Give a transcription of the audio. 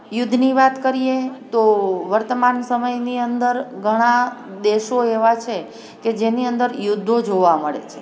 યુદ્ધની વાત કરીએ તો વર્તમાન સમયની અંદર ઘણાં દેશો એવા છે કે જેની અંદર યુદ્ધો જોવા મળે છે